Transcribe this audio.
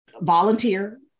volunteer